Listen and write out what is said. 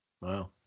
Wow